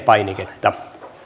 painiketta